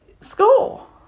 school